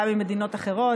גם עם מדינות אחרות.